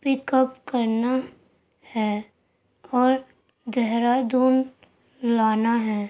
پک up کرنا ہے اور دہرادون لانا ہے